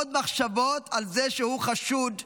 עוד מחשבות על זה שהוא חשוד טבעי.